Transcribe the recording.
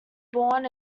born